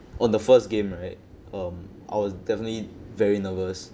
on the first game right um I was definitely very nervous